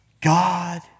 God